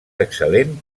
excel·lent